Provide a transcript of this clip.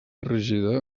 rígida